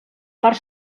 part